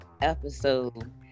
episode